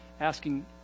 asking